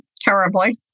terribly